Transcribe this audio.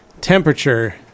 temperature